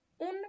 un